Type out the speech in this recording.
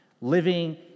living